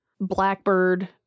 Blackbird